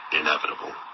inevitable